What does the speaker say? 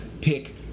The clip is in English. pick